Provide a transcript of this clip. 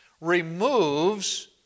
removes